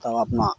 तब अपना